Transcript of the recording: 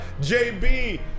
jb